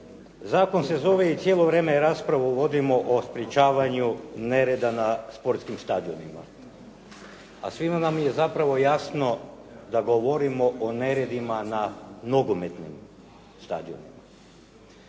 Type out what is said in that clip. Zakon se zove i cijelo vrijeme raspravu vodimo o sprečavanju nereda na sportskim stadionima, a svima nam je zapravo jasno da govorimo o neredima na nogometnim stadionima.